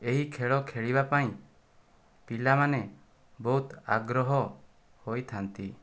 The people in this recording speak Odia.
ଏହି ଖେଳ ଖେଳିବା ପାଇଁ ପିଲାମାନେ ବହୁତ ଆଗ୍ରହ ହୋଇଥାଆନ୍ତି